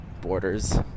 borders